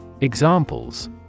Examples